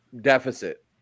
deficit